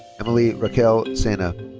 emely raquel sena.